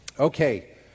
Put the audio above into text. Okay